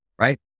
right